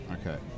Okay